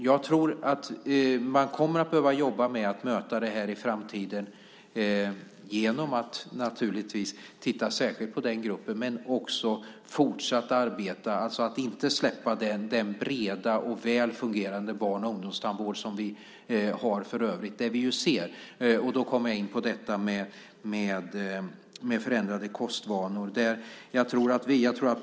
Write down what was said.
Jag tror att man kommer att behöva jobba mer för att möta det här i framtiden genom att naturligtvis särskilt titta på den gruppen men också att fortsatt arbeta för att inte släppa den breda och välfungerande barn och ungdomstandvård som vi har för övrigt. Då kommer jag in på detta med förändrade kostvanor.